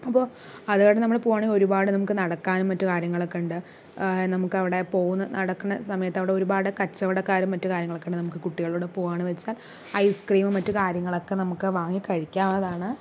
അപ്പോൾ അതിലൂടെ നമ്മള് പോകുവാണെങ്കി ഒരുപാട് നടക്കാനും മറ്റു കാര്യങ്ങളൊക്കെ ഉണ്ട് നമുക്കവിടെ പോവുന്ന നടക്കുന്ന സമയത്തവിടെ ഒരുപാട് കച്ചവടക്കാരും മറ്റു കാര്യങ്ങളൊക്കെ നമുക്ക് കുട്ടികളുടെ കൂടെ പോകുവാന്ന് വെച്ചാൽ ഐസ് ക്രീമും മറ്റു കാര്യങ്ങളൊക്കെ നമുക്ക് വാങ്ങി കഴിക്കാവുന്നതാണ്